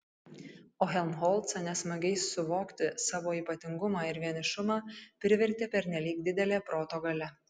o helmholcą nesmagiai suvokti savo ypatingumą ir vienišumą privertė pernelyg didelė proto galia